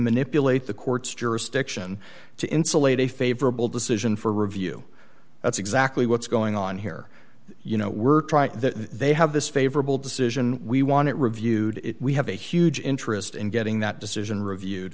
manipulate the court's jurisdiction to insulate a favorable decision for review that's exactly what's going on here you know we're trying they have this favorable decision we want it reviewed we have a huge interest in getting that decision reviewed